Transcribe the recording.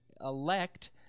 Elect